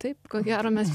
taip ko gero mes